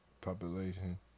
population